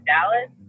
Dallas